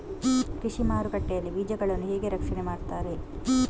ಕೃಷಿ ಮಾರುಕಟ್ಟೆ ಯಲ್ಲಿ ಬೀಜಗಳನ್ನು ಹೇಗೆ ರಕ್ಷಣೆ ಮಾಡ್ತಾರೆ?